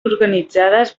organitzades